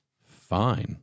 fine